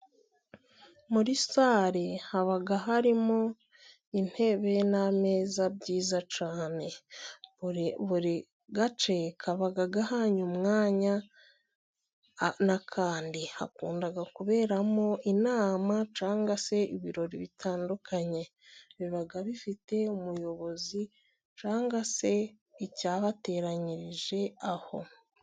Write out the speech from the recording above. Muri sare haba harimo intebe n'ameza byiza cyane. Buri gace kaba gahanye umwanya n'akandi, hakunda kuberamo inama cyangwa se ibirori bitandukanye, biba bifite umuyobozi cyangwag se icyabateranyirije aho.